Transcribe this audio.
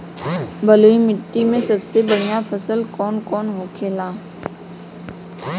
बलुई मिट्टी में सबसे बढ़ियां फसल कौन कौन होखेला?